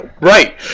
Right